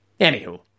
Anywho